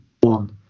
One